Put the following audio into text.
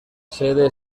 sede